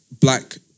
black